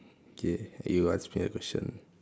K you ask me a question